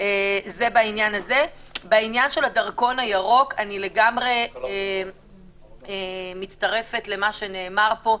בעניין של הדרכון הירוק אני לגמרי מצטרפת למה שנאמר פה,